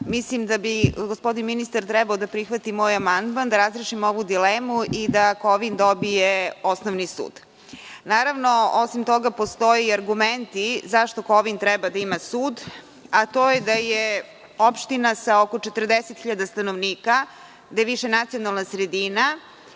mislim da bi gospodin ministar trebalo da prihvati moj amandman i da razrešimo ovu dilemu i da Kovin dobije osnovni sud. Naravno, osim toga, postoje i argumenti zašto Kovin treba da ima sud, a to je da je opština sa oko 40.000 stanovnika, gde je višenacionalna sredina,